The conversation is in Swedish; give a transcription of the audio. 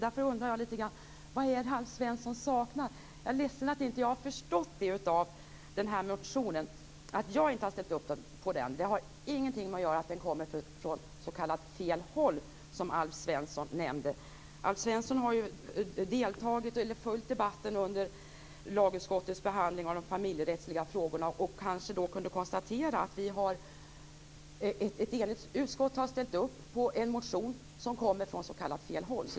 Därför undrar jag lite grann vad det är Alf Svensson saknar. Jag är ledsen att jag inte har förstått det av den här motionen. Att jag inte har ställt upp på den har ingenting att göra med att den kommer från s.k. fel håll, som Alf Svensson nämnde. Alf Svensson har ju följt debatten under lagutskottets behandling av de familjerättsliga frågorna. Då har han kanske kunnat konstatera att ett enigt utskott har ställt upp på en motion som kommer från s.k. fel håll.